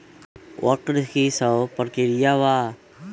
वक्र कि शव प्रकिया वा?